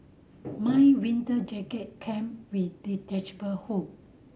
my winter jacket came with detachable hood